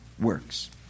works